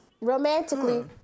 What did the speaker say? romantically